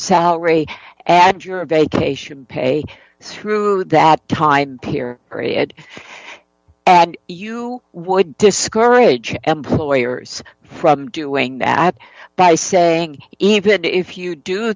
salary and your vacation pay through that time here and you would discourage employers from doing that by saying even if you do